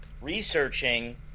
researching